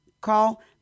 Call